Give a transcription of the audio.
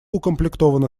укомплектована